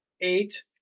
eight